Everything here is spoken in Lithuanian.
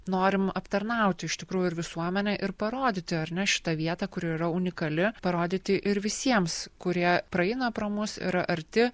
norim aptarnaut iš tikrųjų ir visuomenę ir parodyti ar ne šitą vietą kur yra unikali parodyti ir visiems kurie praeina pro mus yra arti